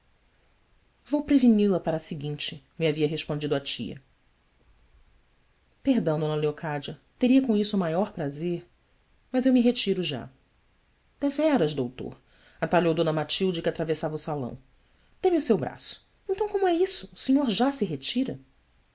vou preveni la para a seguinte me havia respondido a tia erdão eocádia eria com isso o maior prazer mas eu me retiro já everas doutor atalhou d matilde que atravessava o salão ê me o seu braço então como é isso o senhor já se retira